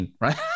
Right